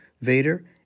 Vader